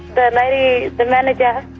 the lady, the manager,